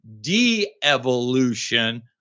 de-evolution